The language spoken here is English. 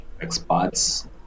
expats